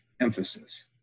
emphasis